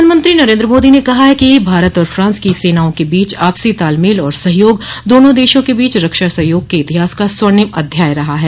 प्रधानमंत्री नरेन्द्र मोदी ने कहा है कि भारत और फ्रांस की सेनाओं के बीच आपसी तालमेल और सहयोग दोनों देशों के बीच रक्षा सहयोग के इतिहास का स्वर्णिम अध्याय रहा है